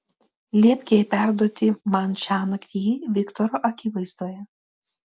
liepk jai perduoti man šiąnakt jį viktoro akivaizdoje